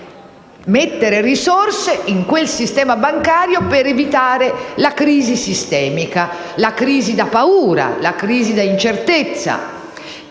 mettere risorse in quel sistema bancario per evitare la crisi sistemica, la crisi da paura e la crisi da incertezza.